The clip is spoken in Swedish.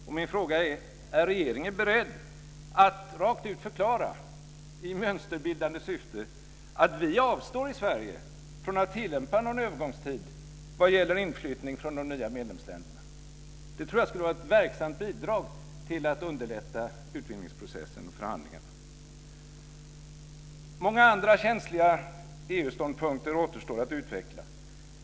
Och min fråga är: Är regeringen beredd att rakt ut förklara, i mönsterbildande syfte, att vi i Sverige avstår från att tillämpa någon övergångstid vad gäller inflyttning från de nya medlemsländerna? Det tror jag skulle vara ett verksamt bidrag för att underlätta utvidgningsprocessen och förhandlingarna. Många andra känsliga EU-ståndpunkter återstår att utveckla.